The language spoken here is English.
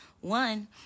One